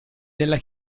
della